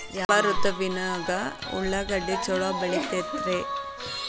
ಯಾವ ಋತುವಿನಾಗ ಉಳ್ಳಾಗಡ್ಡಿ ಛಲೋ ಬೆಳಿತೇತಿ ರೇ?